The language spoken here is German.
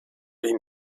ihm